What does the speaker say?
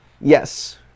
yes